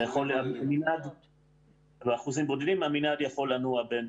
המנעד יכול לנוע בין